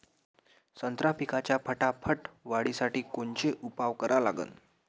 संत्रा पिकाच्या फटाफट वाढीसाठी कोनचे उपाव करा लागन?